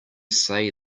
say